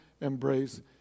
embrace